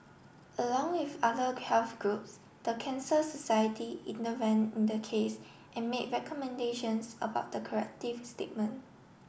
along with other health groups the Cancer Society intervened in the case and made recommendations about the corrective statement